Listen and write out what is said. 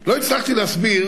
לא הצלחתי להסביר,